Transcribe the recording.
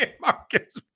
Marcus